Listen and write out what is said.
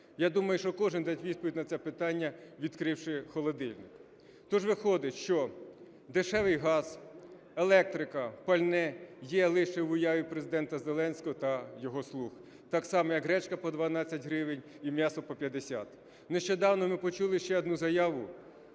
Я думаю, що кожен дасть відповідь на це питання, відкривши холодильник. Тож виходить, що дешевий газ, електрика, пальне є лише в уяві Президента Зеленського та його "слуг", так само, як гречка по 12 гривень і м'ясо по 50. Нещодавно ми почули ще одну заяву